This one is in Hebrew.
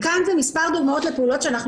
וכאן זה מספר דוגמאות לפעולות שאנחנו